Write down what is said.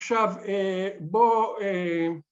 ‫עכשיו, בוא...